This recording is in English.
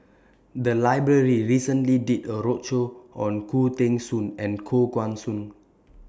The Library recently did A roadshow on Khoo Teng Soon and Koh Guan Song